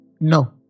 No